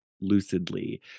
lucidly